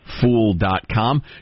Fool.com